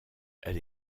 elle